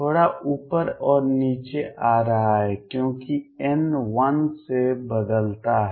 थोड़ा ऊपर और नीचे आ रहा है क्योंकि n 1 से बदलता है